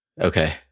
Okay